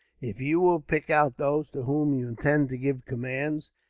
if you will pick out those to whom you intend to give commands,